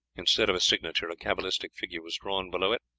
instead of a signature a cabalistic figure was drawn below it,